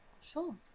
sure